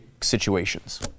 situations